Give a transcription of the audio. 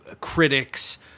critics